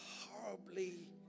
horribly